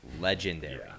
legendary